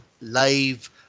live